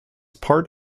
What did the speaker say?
part